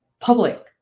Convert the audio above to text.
public